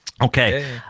Okay